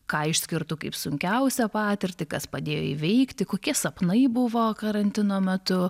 ką išskirtų kaip sunkiausią patirtį kas padėjo įveikti kokie sapnai buvo karantino metu